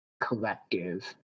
collective